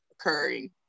occurring